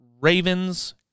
Ravens